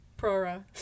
prora